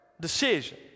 decision